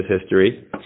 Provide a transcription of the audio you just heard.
history